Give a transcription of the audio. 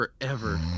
forever